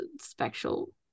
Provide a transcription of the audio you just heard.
special